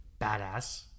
badass